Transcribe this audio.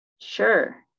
Sure